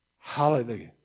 Hallelujah